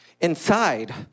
inside